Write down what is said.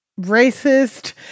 racist